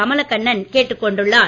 கமலக்கண்ணன் கேட்டுக்கொண்டுள்ளார்